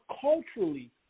culturally